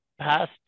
past